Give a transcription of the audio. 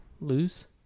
lose